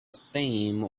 same